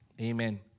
Amen